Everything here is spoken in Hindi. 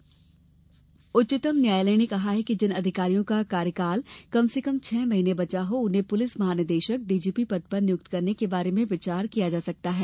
न्यायालय पुलिस सुधार उच्चतम न्यायालय ने कहा कि जिन अधिकारियों का कार्यकाल कम से कम छह महीने बचा हो उन्हें पुलिस महानिदेशक डीजीपी पद पर नियुक्त करने के बारे में विचार किया जा सकता है